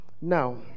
now